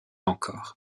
encore